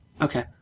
Okay